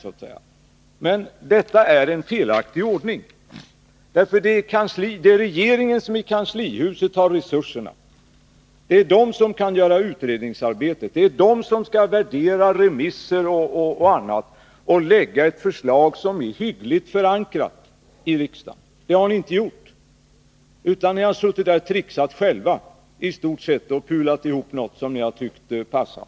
Men inte så — det hela är uttryck för en felaktig ordning. Det är regeringen som, i kanslihuset, har resurserna. Det är den som kan göra utredningsarbetet, som skall värdera remisser och annat, för att sedan lägga fram ett förslag som är hyggligt förankrat i riksdagen. Det har ni inte gjort, utan ni har i stort sett ”pulat ihop” något som ni har tyckt skulle passa.